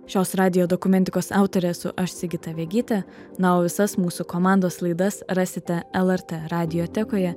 šios radijo dokumentikos autorė esu aš sigita vegytė na o visas mūsų komandos laidas rasite lrt radiotekoje